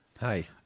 Hi